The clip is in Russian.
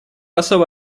особо